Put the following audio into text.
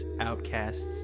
outcasts